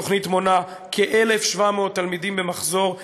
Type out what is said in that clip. התוכנית מונה כ-1,700 תלמידים במחזור,